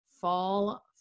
fall